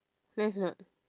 nice or not